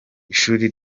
ishuri